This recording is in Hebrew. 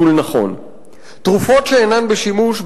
תרופות שאינן בשימוש,